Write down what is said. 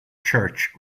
church